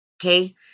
Okay